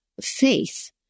faith